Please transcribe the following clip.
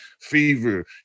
fever